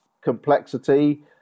complexity